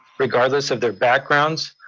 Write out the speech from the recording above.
regardless of their backgrounds,